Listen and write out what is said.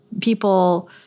People